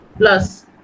Plus